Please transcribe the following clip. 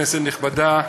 כנסת נכבדה,